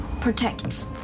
Protect